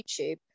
YouTube